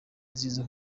nziza